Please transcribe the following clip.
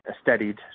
steadied